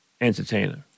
entertainer